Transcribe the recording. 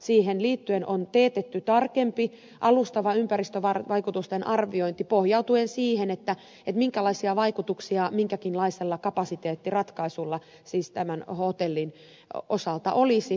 siihen liittyen on teetetty tarkempi alustava ympäristövaikutusten arviointi pohjautuen siihen minkälaisia vaikutuksia minkäkinlaisella kapasiteettiratkaisulla siis tämän hotellin osalta olisi